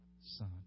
Son